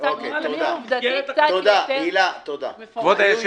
אותה זה